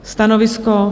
Stanovisko?